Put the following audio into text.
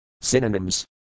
Synonyms